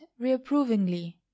reprovingly